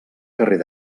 carrer